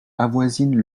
avoisinent